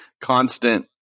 constant